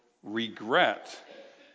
Regret